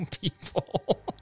people